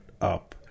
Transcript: up